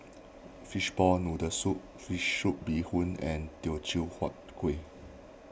Fishball Noodle Soup Fish Soup Bee Hoon and Teochew Huat Kuih